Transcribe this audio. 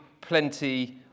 plenty